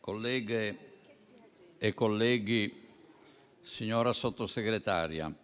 colleghe e colleghi, signora Sottosegretaria,